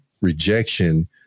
rejection